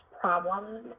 problems